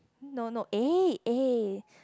no no A A